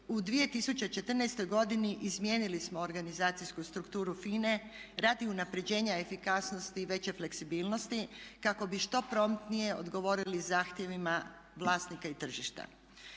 u 2014. godini izmijenili smo organizacijsku strukturu FINA-e radi unapređenja efikasnosti i veće fleksibilnosti kako bi što promptnije odgovorili zahtjevima vlasnika i tržišta.